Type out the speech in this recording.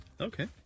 Okay